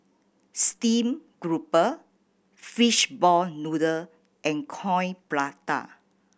steamed grouper fishball noodle and Coin Prata